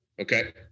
Okay